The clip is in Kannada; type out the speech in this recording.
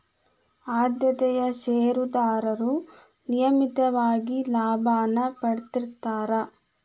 ಆದ್ಯತೆಯ ಷೇರದಾರರು ನಿಯಮಿತವಾಗಿ ಲಾಭಾನ ಪಡೇತಿರ್ತ್ತಾರಾ